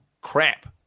crap